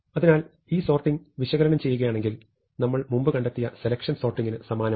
അതിനാൽ ഈ സോർട്ടിങ് വിശകലനം ചെയ്യൂകയാണെങ്കിൽ നമ്മൾ മുമ്പ് കണ്ടെത്തിയ സെലക്ഷൻ സോർട്ടിങ്ന് സമാനമാണ്